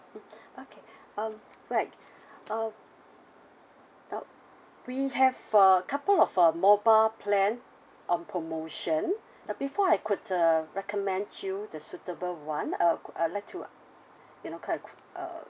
mm okay um right uh uh we have a couple of uh mobile plan on promotion uh before I could uh recommend you the suitable one uh I'd like to you know kind of uh